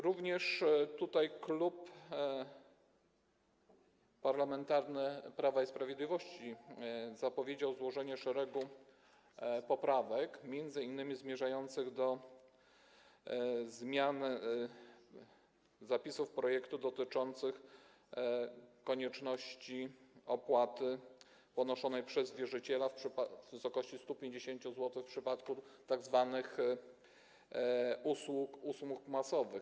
Również tutaj Klub Parlamentarny Prawo i Sprawiedliwość zapowiedział złożenie szeregu poprawek, m.in. zmierzających do zmiany zapisów projektu dotyczących konieczności ponoszenia przez wierzyciela opłaty w wysokości 150 zł w przypadku tzw. usług masowych.